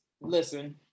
listen